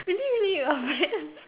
is it me or your friends